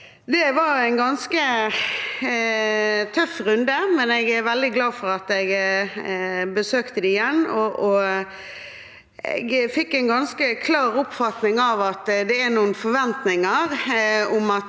Det var en ganske tøff runde, men jeg er veldig glad for at jeg besøkte dem igjen. Jeg fikk en ganske klar oppfatning om at det er noen forventninger om at